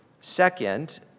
Second